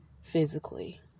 physically